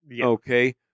Okay